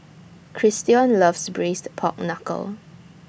Christion loves Braised Pork Knuckle